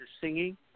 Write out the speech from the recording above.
singing